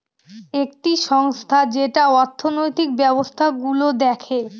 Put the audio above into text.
একটি সংস্থা যেটা অর্থনৈতিক ব্যবস্থা গুলো দেখে